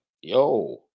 Yo